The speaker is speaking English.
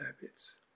habits